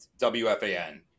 WFAN